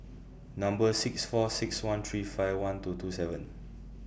Number six four six one three five one two two seven